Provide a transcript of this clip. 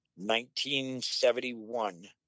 1971